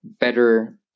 better